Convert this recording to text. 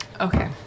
Okay